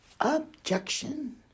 Objection